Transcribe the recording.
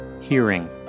Hearing